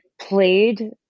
played